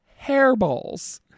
hairballs